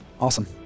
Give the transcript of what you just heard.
Awesome